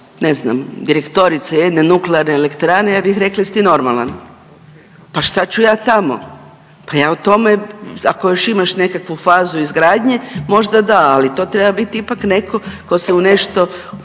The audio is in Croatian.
ti bila direktorica jedne nuklearne elektrane, ja bih rekla jesi ti normalan, pa šta ću ja tamo. Pa ja o tome, ako još i imaš nekakvu fazu izgradnje možda da, ali to treba biti ipak netko tko se u nešto